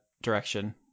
direction